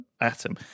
atom